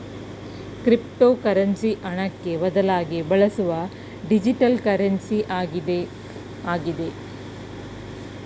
cryptocurrency ಹಣಕ್ಕೆ ಬದಲಾಗಿ ಬಳಸುವ ಡಿಜಿಟಲ್ ಕರೆನ್ಸಿ ಆಗಿದೆ ಆಗಿದೆ